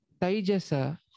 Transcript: Taijasa